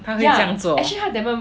他会这样做